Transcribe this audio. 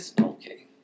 Okay